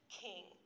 king